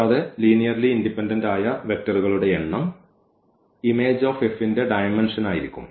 കൂടാതെ linearly independent ആയ വെക്റ്ററുകളുടെ എണ്ണം image ന്റെ ഡയമെൻഷൻ ആയിരിക്കും